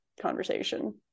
conversation